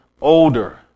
older